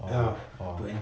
orh orh